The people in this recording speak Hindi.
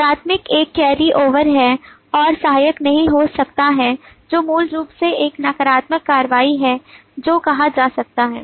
प्राथमिक एक कैरी ओवर है और सहायक नहीं हो सकता है जो मूल रूप से एक नकारात्मक कार्रवाई है जो कहा जा रहा है